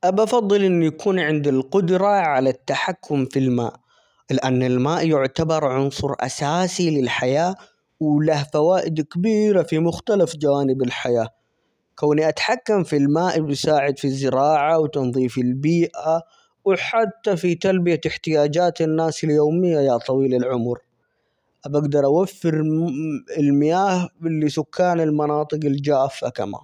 بفضل إني أكون عندي القدرة على التحكم في الماء ؛لأن الماء يعتبر عنصر أساسي للحياة وله فوائد كبيرة في مختلف جوانب الحياة كوني أتحكم في الماء يساعد في الزراعة ،وتنظيف البيئة، وحتى في تلبية احتياجات الناس اليومية يا طويل العمر، بقدر أوفر -الم- المياه لسكان المناطق الجافة كمان.